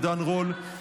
עידן רול,